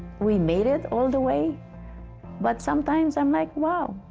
we made it all the way but sometimes i'm like, wow,